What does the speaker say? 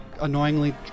annoyingly